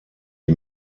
die